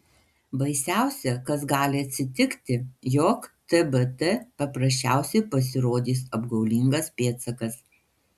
baisiausia kas gali atsitikti jog tbt paprasčiausiai pasirodys apgaulingas pėdsakas